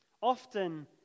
often